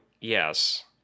Yes